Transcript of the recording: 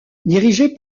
dirigée